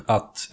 Att